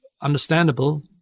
Understandable